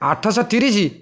ଆଠଶହ ତିରିଶି